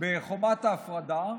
בחומת ההפרדה.